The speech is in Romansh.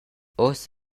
uss